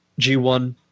G1